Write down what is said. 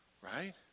right